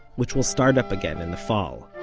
which will start up again in the fall